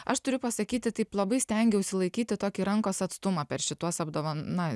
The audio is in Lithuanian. aš turiu pasakyti taip labai stengiausi laikyti tokį rankos atstumą per šituos apdovan na